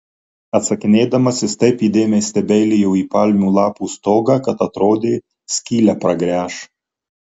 atsakinėdamas jis taip įdėmiai stebeilijo į palmių lapų stogą kad atrodė skylę pragręš